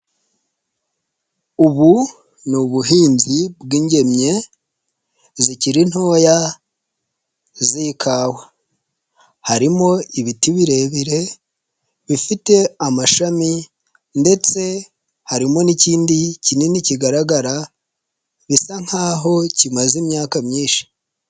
Ubu ni ubuhinzi bw'ingemye zikiri ntoya z'ikawa, harimo ibiti birebire bifite amashami, ndetse harimo n'ikindi kinini kigaragara bisa nk'aho kimaze imyaka myinshi.